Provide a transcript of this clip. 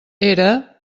era